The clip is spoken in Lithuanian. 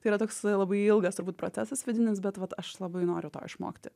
tai yra toks labai ilgas turbūt procesas vidinis bet vat aš labai noriu to išmokti